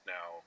Now